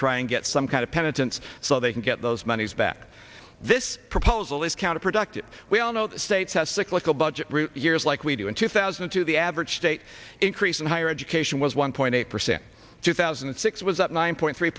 try and get some kind of penitence so they can get those monies back this proposal is counterproductive we all know that states have cyclical budget years like we do in two thousand and two the average state increase in higher education was one point eight percent two thousand and six was up nine point three